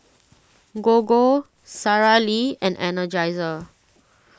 Gogo Sara Lee and Energizer